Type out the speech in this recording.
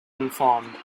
informed